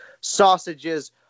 sausages